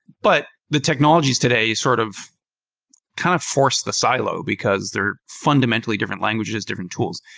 but the technologies today sort of kind of force the silo, because they're fundamentally different languages, different tools.